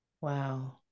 Wow